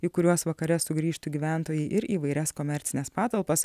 į kuriuos vakare sugrįžtų gyventojai ir įvairias komercines patalpas